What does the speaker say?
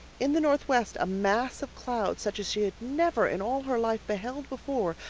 in the northwest a mass of cloud, such as she had never in all her life beheld before,